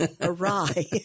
awry